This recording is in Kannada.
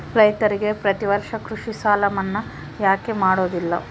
ರೈತರಿಗೆ ಪ್ರತಿ ವರ್ಷ ಕೃಷಿ ಸಾಲ ಮನ್ನಾ ಯಾಕೆ ಮಾಡೋದಿಲ್ಲ?